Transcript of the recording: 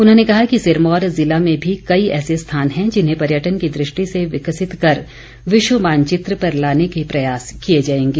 उन्होंने कहा कि सिरमौर ज़िला में भी कई ऐसे स्थान हैं जिन्हें पर्यटन की दृष्टि से विकसित कर विश्व मानचित्र पर लाने के प्रयास किए जाएंगे